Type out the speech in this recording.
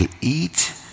eat